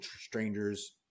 strangers